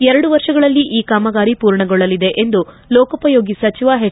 ಎರಡು ವರ್ಷಗಳಲ್ಲಿ ಈ ಕಾಮಗಾರಿ ಪೂರ್ಣಗೊಳ್ಳಲಿದೆ ಎಂದು ಲೋಕೋಪಯೋಗಿ ಸಚಿವ ಎಚ್